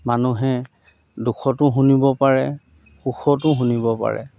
মানুহে দুখতো শুনিব পাৰে সুখতো শুনিব পাৰে